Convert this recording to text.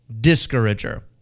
discourager